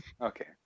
Okay